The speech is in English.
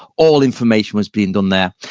all information was being done there.